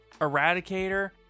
Eradicator